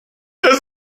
der